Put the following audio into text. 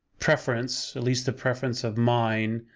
preference, at least the preference of mine,